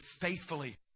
faithfully